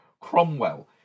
Cromwell